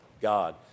God